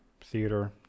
Theater